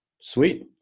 Sweet